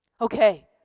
Okay